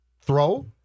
throw